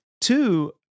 Two